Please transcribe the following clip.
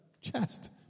chest